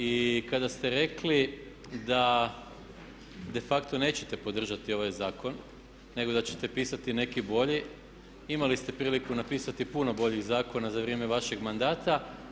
I kada ste rekli da de facto nećete podržati ovaj zakon, nego da ćete pisati neki bolji imali ste priliku napisati puno boljih zakona za vrijeme vašeg mandata.